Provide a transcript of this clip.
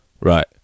Right